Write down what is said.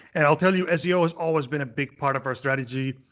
and i'll tell you, seo has always been a big part of our strategy.